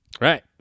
Right